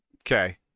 Okay